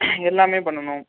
எல்லாமே பண்ணணும்